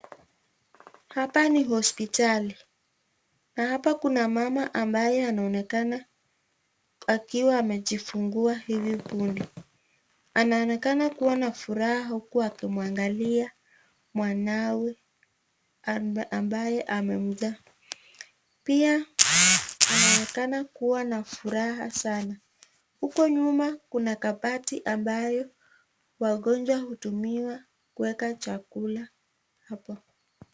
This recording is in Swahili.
Hapa ni hospitali, na hapa kuna mama ambaye anaonekana akiwa amejifungua hivi punde. Anaonekana kuwa na furaha huku akimwangalia mwanawe ambaye amemzaa, pia anaonekana kuwa na furaha sana. Huko nyuma kuna kabati ambayo wagonjwa hutumia kueka chakula hapo.